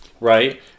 Right